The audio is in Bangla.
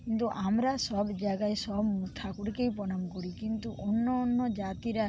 কিন্তু আমরা সব জায়গায় সব ঠাকুরকেই প্রণাম করি কিন্তু অন্য অন্য জাতিরা